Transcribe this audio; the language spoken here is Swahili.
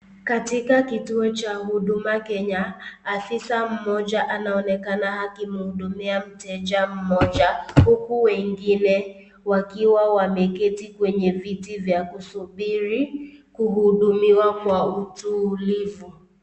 Katika kityo cha Huduma Kenya afisa moja anaonekana akimhudumia mteja moja huku wengine wakiwa wameketi kwenye vitu vya kusuburi kuhudumiwa kwa utulivu.